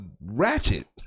ratchet